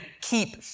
keep